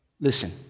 Listen